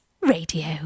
Radio